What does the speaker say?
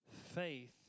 faith